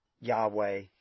Yahweh